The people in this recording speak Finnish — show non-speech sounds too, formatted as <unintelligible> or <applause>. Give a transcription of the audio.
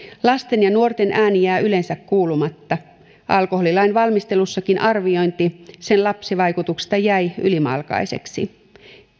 lasten ja nuorten ääni jää yleensä kuulumatta alkoholilain valmistelussakin arviointi sen lapsivaikutuksista jäi ylimalkaiseksi <unintelligible>